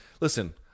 Listen